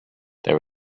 there